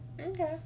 Okay